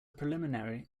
preliminary